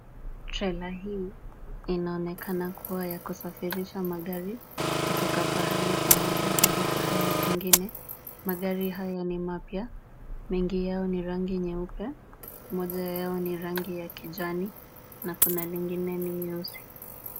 Trela hii inaonekana kuwa ya kusafirisha magari kutoka pahali pamoja hadi pahali pengine. Magari haya ni mapya. Mengi yao ni rangi nyeupe. Moja ya yao ni ya rangi ya kijani na kuna lingine ni nyeusi.